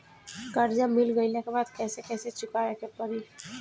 कर्जा मिल गईला के बाद कैसे कैसे चुकावे के पड़ी?